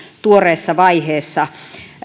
tuoreessa vaiheessa